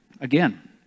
Again